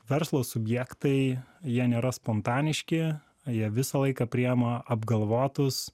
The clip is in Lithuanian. verslo subjektai jie nėra spontaniški jie visą laiką priima apgalvotus